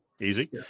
Easy